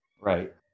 Right